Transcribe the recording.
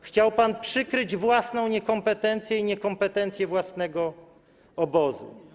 Chciał pan przykryć własną niekompetencję i niekompetencję własnego obozu.